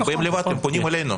הם באים לבד, הם פונים אלינו.